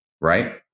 Right